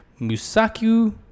Musaku